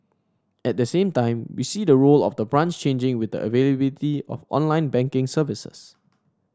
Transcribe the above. at the same time we see the role of the branch changing with the availability of online banking services